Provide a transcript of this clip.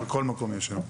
בכול מקום יש היום.